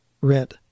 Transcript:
rent